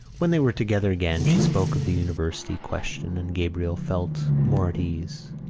when they were together again she spoke of the university question and gabriel felt more at ease.